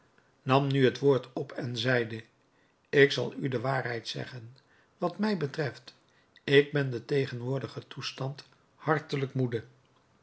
nam nu het woord op en zeide ik zal u de waarheid zeggen wat mij betreft ik ben den tegenwoordigen toestand hartelijk moede